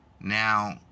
now